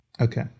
Okay